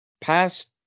past